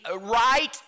right